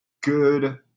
good